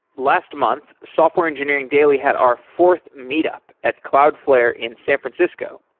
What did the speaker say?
last month, software engineering daily had our fourth meet up at cloudflare in san francisco.